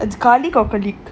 it's